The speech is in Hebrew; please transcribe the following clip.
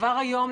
כבר היום,